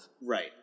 Right